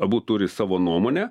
abu turi savo nuomonę